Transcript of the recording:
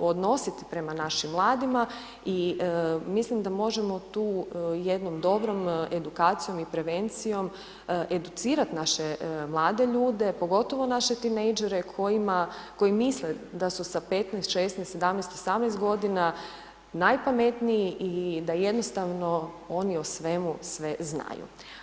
odnosit prema našim mladima i mislim da možemo tu jednom dobrom edukacijom i prevencijom educirat naše mlade ljude, pogotovo naše tinejdžere kojima, koji misle da su sa 15, 16, 17, 18 godina najpametniji i da jednostavno oni o svemu sve znaju.